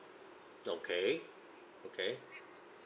okay okay